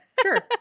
Sure